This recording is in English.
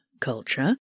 culture